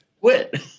quit